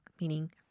meaning